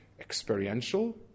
experiential